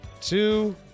Two